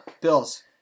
Bills